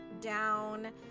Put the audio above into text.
down